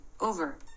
Over